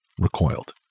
recoiled